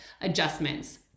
adjustments